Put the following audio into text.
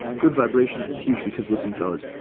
good vibrations is huge. because listen, fellas,